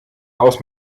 aus